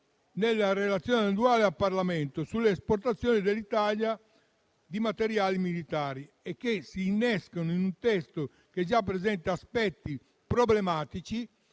della relazione annuale al Parlamento sulle esportazioni dall'Italia di materiali militari e che si innescano in un testo che già presenta aspetti problematici,